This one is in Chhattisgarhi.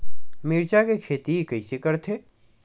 मिरचा के खेती कइसे करथे?